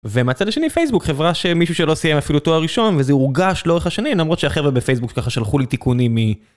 ומצד השני פייסבוק חברה שמישהו שלא סיים אפילו תואר ראשון וזה הורגש לאורך השנים למרות שהחברה בפייסבוק ככה שלחו לי תיקונים מי.